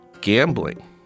gambling